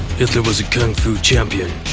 hitler was a kung fu champion.